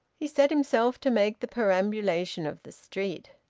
he set himself to make the perambulation of the street.